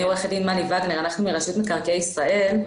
אני עו"ד מלי וגנר, רשות מקרקעי ישראל.